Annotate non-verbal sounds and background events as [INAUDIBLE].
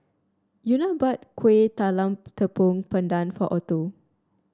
Euna bought Kuih Talam [UNINTELLIGIBLE] Tepong Pandan for Otho